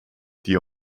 die